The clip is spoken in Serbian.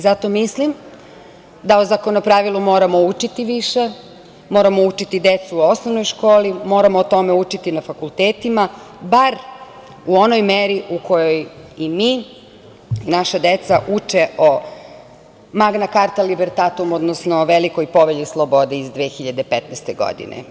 Zato mislim da o Zakonopravilu moramo učiti više, moramo učiti decu u osnovnoj školi, moramo o tome učiti na fakultetima, bar u onoj meri u kojoj i mi, naša deca uče o Magna carta libertatum, odnosno Velikoj povelji slobode iz 2015. godine.